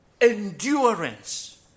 endurance